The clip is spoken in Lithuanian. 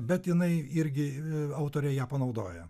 bet jinai irgi autorė ją panaudoja